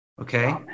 Okay